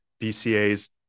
BCA's